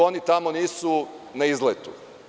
Oni tamo nisu na izletu.